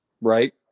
Right